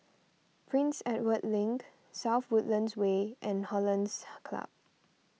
Prince Edward Link South Woodlands Way and Hollandse Club